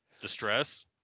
distress